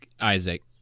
Isaac